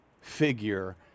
figure